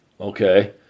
Okay